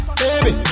baby